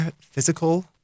physical